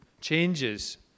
changes